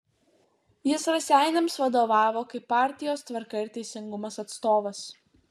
jis raseiniams vadovavo kaip partijos tvarka ir teisingumas atstovas